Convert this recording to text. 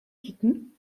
kicken